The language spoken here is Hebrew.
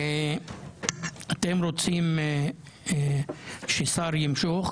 אתם רוצים ששר ימשוך?